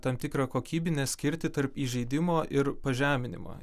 tam tikrą kokybinę skirtį tarp įžeidimo ir pažeminimo